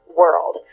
world